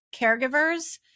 caregivers